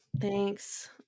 Thanks